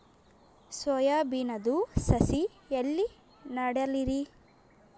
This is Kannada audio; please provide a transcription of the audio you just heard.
ಸೊಯಾ ಬಿನದು ಸಸಿ ಎಲ್ಲಿ ನೆಡಲಿರಿ?